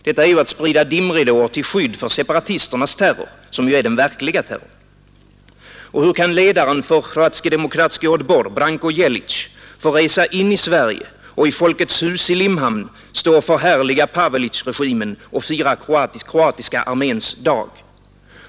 Detta är ju z2tt sprida dimridåer till skydd för separatisternas terror, som ju är den verkliga terrorn. Och hur kan ledaren för Hrvatski Demokratski Odbor, Branko Jelic, få resa in i Sverige och i Folkets hus i Limhamn stå och förhärliga Pavelic-regimen och fira kroatiska arméns dag?